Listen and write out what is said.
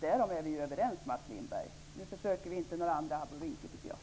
Det är vi överens om, Mats Lindberg. Försök inte med några finter.